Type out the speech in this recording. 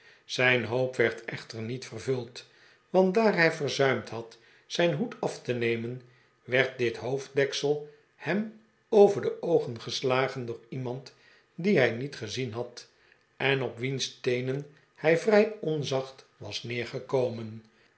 zijn hoop werd echter niet vervuld want daar hij verzuimd had zijn hoed af te nemen werd dit hoofddeksel hem over de oogen geslagen door iemand dien hij niet gezien had en op wiens teenen hij vrij onzacht was